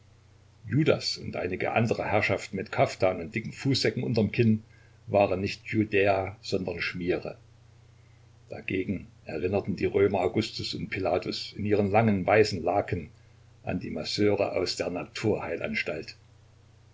judas und einige andere herrschaften mit kaftan und dicken fußsäcken unterm kinn waren nicht judäa sondern schmiere dagegen erinnerten die römer augustus und pilatus in ihren langen weißen laken an die masseure aus der naturheilanstalt